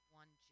one